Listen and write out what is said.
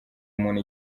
umuntu